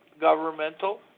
governmental